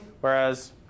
whereas